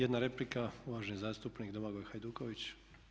Jedna replika uvaženi zastupnik Domagoj Hajduković.